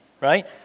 right